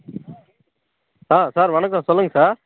sir sir வணக்கம் சொல்லுங்க sir